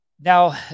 now